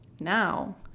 now